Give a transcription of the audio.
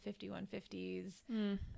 5150s